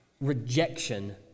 Rejection